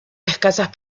escasas